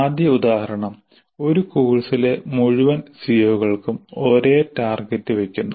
ആദ്യ ഉദാഹരണം ഒരു കോഴ്സിലെ മുഴുവൻ സിഒകൾക്കും ഒരേ ടാർഗെറ്റ് വക്കുന്നു